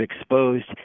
exposed